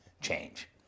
change